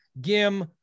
Gim